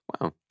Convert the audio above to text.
Wow